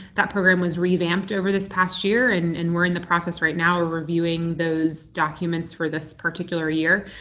that program was revamped over this past year, and and we're in the process right now of reviewing those documents for this particular year.